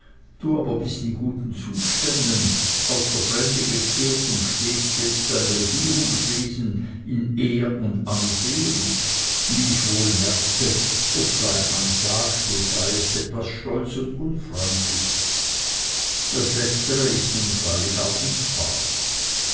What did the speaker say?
du aber bist in guten zuständen aus der fremde gekehrt und stehst jetzt beim regierungswesen und in ehr und ansehen wie ich wohl merke obgleich man sagt du seiest etwas stolz und unfreundlich dies letztere ist nun freilich auch nicht wahr